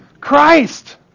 Christ